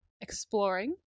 exploring